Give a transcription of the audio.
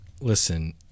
listen